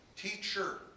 Teacher